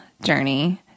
journey